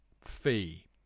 fee